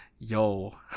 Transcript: yo